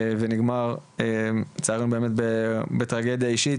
ונגמר לצערנו באמת בטרגדיה אישית,